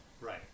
Right